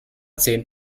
zehn